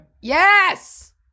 Yes